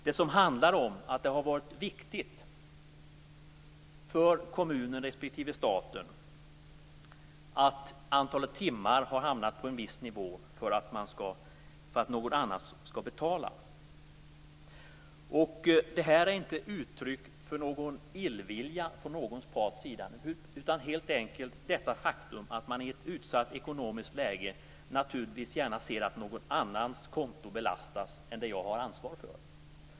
Det har ju varit viktigt för kommunen respektive staten att antalet timmar hamnat på en viss nivå för att någon annan skall betala. Det här är inte uttryck för illvilja från någon parts sida, utan faktum är att man i ett utsatt ekonomiskt läge naturligtvis gärna ser att någon annans konto belastas än det som man själv har ansvar för.